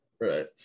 Right